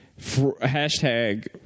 Hashtag